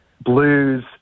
blues